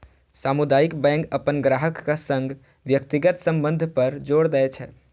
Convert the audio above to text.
सामुदायिक बैंक अपन ग्राहकक संग व्यक्तिगत संबंध पर जोर दै छै